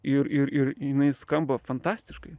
ir ir ir jinai skamba fantastiškai